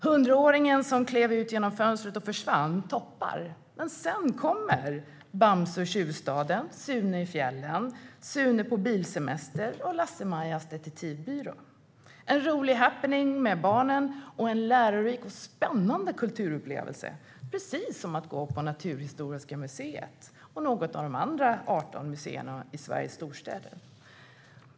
Hundraåringen som klev ut genom fönstret och försvann toppar, men sedan kommer Bamse och tjuvstaden , Sune i fjällen , Sune på bilsemester och Lasse-Majas detektivbyrå . Ett biobesök är en rolig happening med barnen och en lärorik och spännande kulturupplevelse, precis som att gå på Naturhistoriska riksmuseet eller något av de andra 18 museerna i Sveriges storstäder.